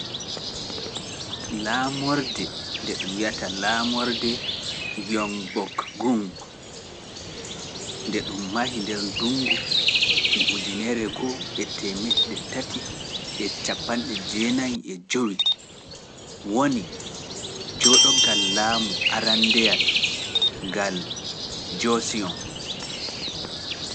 Laamorde nde ɗum mahi nder ndungu ujune e temedde tati e cappande jenayi (thirteen ninety) woni jooɗogal laamu arandeyal ngal Joosiyoŋ.